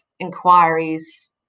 inquiries